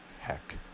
heck